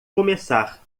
começar